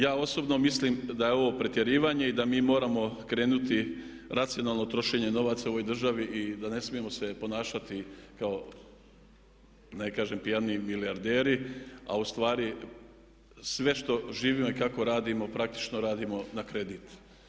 Ja osobno mislim da je ovo pretjerivanje i da mi moramo krenuti u racionalno trošenje novaca u ovoj državi i da ne smijemo se ponašati kao da ne kažem pijani milijarderi, a u stvari sve što živimo i kako radimo praktično radimo na kredit.